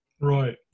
right